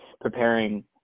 preparing